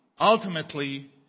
ultimately